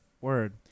Word